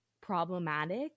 problematic